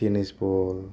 tennis ball